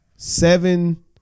Seven